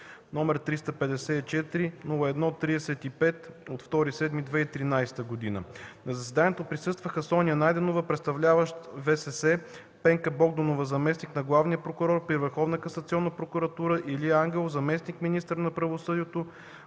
№ 354-01-35 от 2 юли 2013 г.. На заседанието присъстваха: Соня Найденова – представляващ ВСС, Пенка Богданова – заместник на главния прокурор при Върховна касационна прокуратура, Илия Ангелов – заместник-министър на правосъдието,